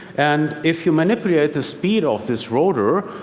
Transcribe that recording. and if you manipulate the speed of this rotor,